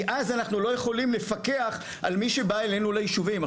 כי אז אנחנו לא יכולים לפקח על מי שבא אלינו לישובים.